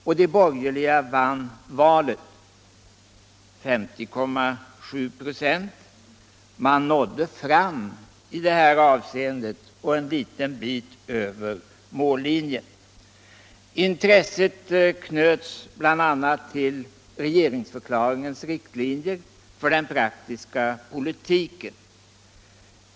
Och de borgerliga vann valet med 50,7 ”& av rösterna. I det avseendet nådde man fram och en liten bit över mållinjen. Intresset knöts bl.a. till regeringsförklaringens riktlinjer för den praktiska politiken.